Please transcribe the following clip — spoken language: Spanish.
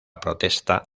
protesta